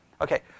Okay